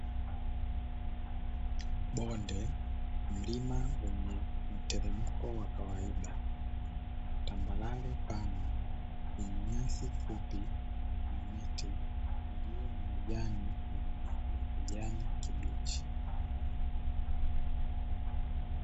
Bonde mlima wenye mteremko wa kawaida ,tambarare pana yenye nyasi na miti iliyo na majani yenye rangi ya kijani kibichi.